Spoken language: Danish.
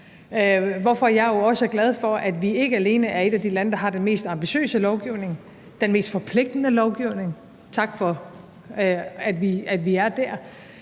hvorfor jeg jo også er glad for, at vi ikke alene er et af de lande, der har den mest ambitiøse lovgivning, den mest forpligtende lovgivning – og tak for, at vi er der